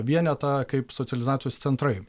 vienetą kaip socializacijos centrai